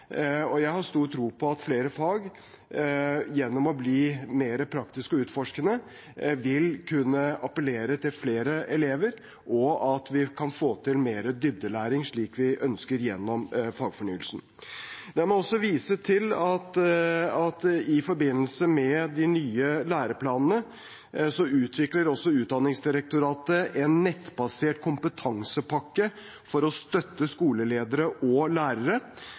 Jeg har stor tro på at flere fag gjennom å bli mer praktiske og utforskende vil kunne appellere til flere elever, og at vi kan få til mer dybdelæring, slik vi ønsker gjennom fagfornyelsen. La meg også vise til at i forbindelse med de nye læreplanene utvikler Utdanningsdirektoratet en nettbasert kompetansepakke for å støtte skoleledere og lærere.